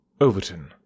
Overton